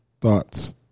thoughts